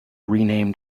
renamed